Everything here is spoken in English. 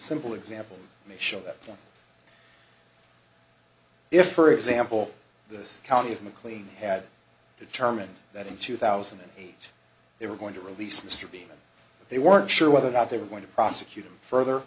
simple example may show that if for example this county of mclean had determined that in two thousand and eight they were going to release mr b they weren't sure whether or not they were going to prosecute him further